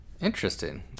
Interesting